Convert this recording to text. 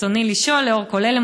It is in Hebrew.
רצוני לשאול: לנוכח כל אלה,